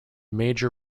major